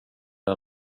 det